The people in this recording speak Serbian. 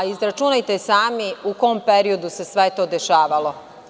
Izračunajte sami u kom periodu se sve to dešavalo.